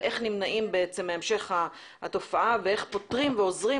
איך נמנעים מהמשך התופעה ואיך פותרים ועוזרים